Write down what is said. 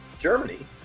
Germany